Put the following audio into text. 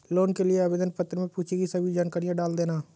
loan के लिए आवेदन पत्र में पूछी गई सभी जानकारी डाल देना